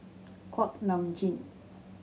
Kuak Nam Jin